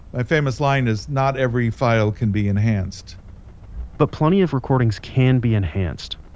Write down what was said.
my famous line is not every file can be enhanced but plenty of recordings can be enhanced.